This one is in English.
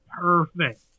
perfect